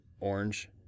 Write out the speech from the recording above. orange